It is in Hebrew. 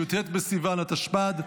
י"ט בסיוון התשפ"ד,